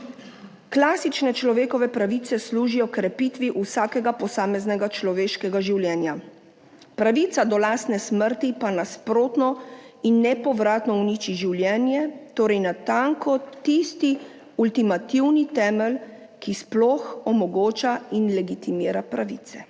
Klasične človekove pravice služijo krepitvi vsakega posameznega človeškega življenja. Pravica do lastne smrti pa nasprotno in nepovratno uniči življenje, torej natanko tisti ultimativni temelj, ki sploh omogoča in legitimira pravice.